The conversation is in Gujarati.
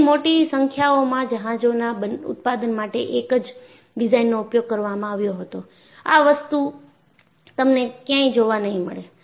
ઘણી મોટી સંખ્યાઓમાં જહાજોના ઉત્પાદન માટે એક જ ડિઝાઇનનો ઉપયોગ કરવામાં આવ્યો હતો આ વસ્તુ તમને ક્યાંય જોવા નહી મળે